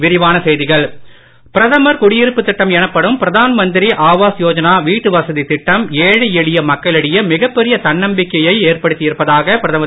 பிரதமர்குடியிருப்புதிட்டம் பிரதமர் குடியிருப்பு திட்டம் எனப்படும் பிரதான் மத்திரி ஆவாஸ் யோஜனா வீட்டு வசதி திட்டம் ஏழை எளிய மக்களிடையே மிகப்பெரிய தன்னம்பிக்கையை ஏற்படுத்தியிருப்பதாக பிரதமர்